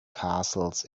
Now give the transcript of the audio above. castles